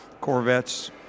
corvettes